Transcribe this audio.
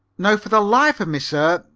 now for the life of me, sir,